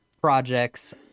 projects